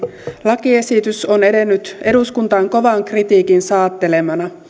lakiesitys on edennyt eduskuntaan kovan kritiikin saattelemana